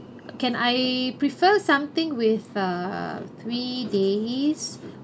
can I prefer something with uh three days